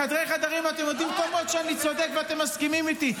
בחדרי-חדרים אתם יודעים טוב מאוד שאני צודק ואתם מסכימים איתי,